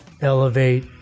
elevate